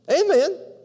Amen